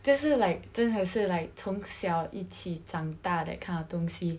就是 like 真的是 like 从小一起长大 that kind of 东西